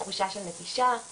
תחושה של נטישה,